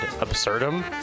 absurdum